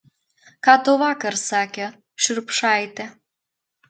ką tau vakar sakė šriubšaitė